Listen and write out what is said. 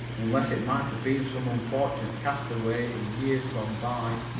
unless it might have been some unfortunate castaway in years gone by,